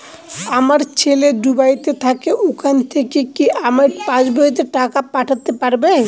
আমার ছেলে দুবাইতে থাকে ওখান থেকে কি আমার পাসবইতে টাকা পাঠাতে পারবে?